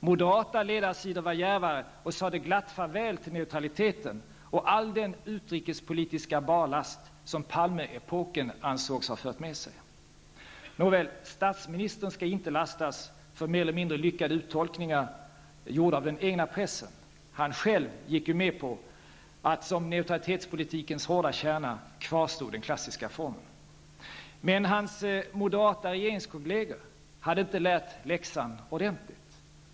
Moderata ledarsidor var djärvare och sade glatt farväl till neutraliteten och all den utrikespolitiska barlast som Palmeepoken ansågs ha fört med sig. Nåväl, statsministern skall inte lastas för mer eller mindre lyckade uttolkningar gjorda av den egna pressen. Han gick ju själv med på att den klassiska formeln kvarstod som neutralitetspolitikens hårda kärna. Men hans moderata regeringskolleger hade inte lärt sig läxan ordentligt.